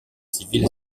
civile